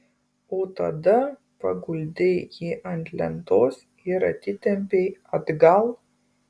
o tada paguldei jį ant lentos ir atitempei atgal